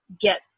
get